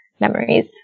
memories